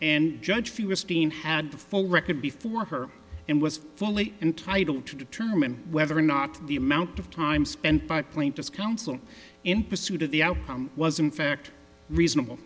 and judge feuerstein had the full record before her and was fully entitled to determine whether or not the amount of time spent by plaintiff counsel in pursuit of the outcome was in fact reasonable